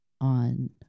on